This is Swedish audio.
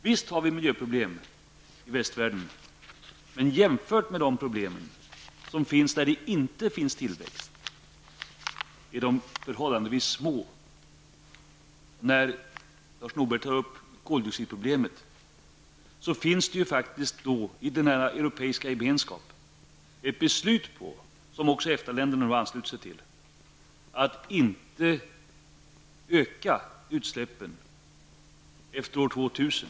Visst har vi i västvärlden miljöproblem. Men jämfört med problemen i de områden där det inte finns någon tillväxt är våra miljöproblem förhållandevis små. Lars Norberg tar upp koldioxidproblemet. Men inom om den Europeiska gemenskapen finns det faktiskt ett beslut -- som EFTA-länderna har anslutit sig till -- om att utsläppen inte får öka efter år 2000.